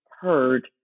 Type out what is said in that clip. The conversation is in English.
heard